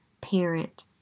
parent